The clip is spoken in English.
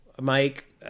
Mike